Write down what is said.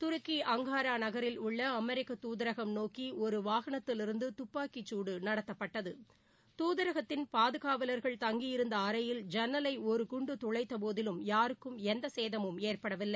துருக்கி Ankara நகில் உள்ள அமெரிக்க துதரகம் நோக்கி ஒரு வாகனத்திவிருந்து தப்பாக்கிச்சூடு நடத்தப்பட்டது தூதரகத்தின் பாதுகாவலா்கள் தங்கியிருந்த அறையின் ஜன்னலை ஒரு குண்டு துளைத்தப்போதிலும் யாருக்கும் எந்த சேதமும் ஏற்படவில்லை